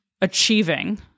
achieving